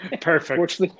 Perfect